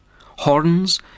Horns